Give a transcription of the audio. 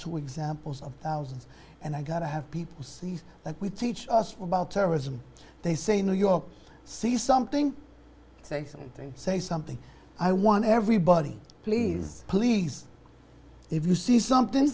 two examples of thousands and i got to have people see that we teach us about terrorism they say new york see something say something say something i want everybody please please if you see something